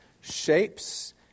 shapes